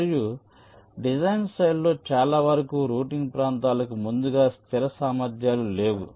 మరియు డిజైన్ శైలుల్లో చాలా వరకు రౌటింగ్ ప్రాంతాలకు ముందుగా స్థిర సామర్థ్యాలు లేవు